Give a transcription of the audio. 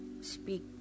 Speak